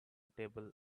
table